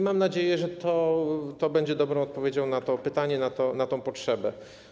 Mam nadzieję, że to będzie dobra odpowiedź na to pytanie, na tę potrzebę.